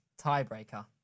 Tiebreaker